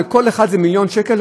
לכל אחד זה מיליון שקל,